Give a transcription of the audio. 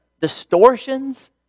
distortions